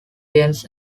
games